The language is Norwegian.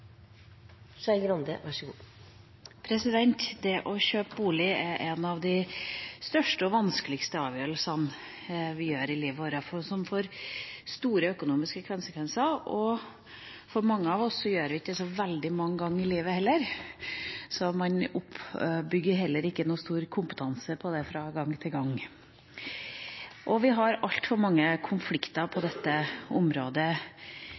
en av de største og vanskeligste avgjørelsene vi gjør i livet, og som får store økonomiske konsekvenser. Mange av oss gjør det ikke så mange ganger i livet heller, så man bygger seg heller ikke opp noen stor kompetanse på det fra gang til gang. Vi har altfor mange konflikter på dette området